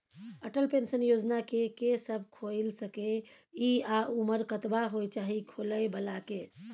Atal pension योजना के के सब खोइल सके इ आ उमर कतबा होय चाही खोलै बला के?